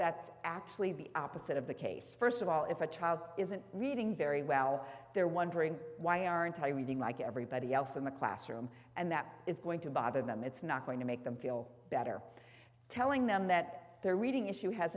that's actually the opposite of the case first of all if a child isn't reading very well they're wondering why aren't i reading like everybody else in the classroom and that is going to bother them it's not going to make them feel better telling them that they're reading issue has